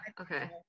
Okay